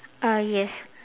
uh yes